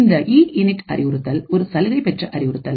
இந்த இஇன் இட் அறிவுறுத்தல் ஒரு சலுகை பெற்ற அறிவுறுத்தல்